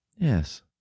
Yes